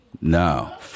No